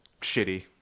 shitty